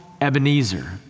Ebenezer